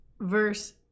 verse